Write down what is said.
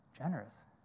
generous